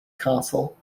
castle